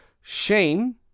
Shame